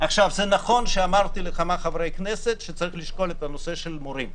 זה נכון שאמרתי לכמה חברי כנסת שצריך לשקול את הנושא של המורים.